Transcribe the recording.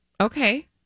Okay